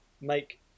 make